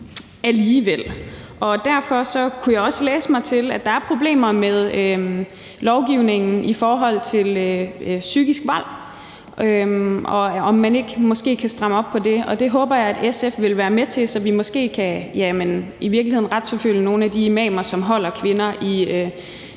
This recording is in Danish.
alligevel. Jeg kunne også læse mig til, at der er problemer med lovgivningen i forhold til psykisk vold, og måske kan man stramme op på det. Det håber jeg at SF vil være med til, så vi måske kan, ja, i virkeligheden retsforfølge nogle af de imamer, som holder kvinder i